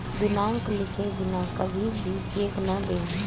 दिनांक लिखे बिना कभी भी चेक न दें